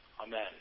Amen